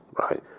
right